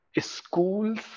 schools